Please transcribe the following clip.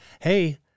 Hey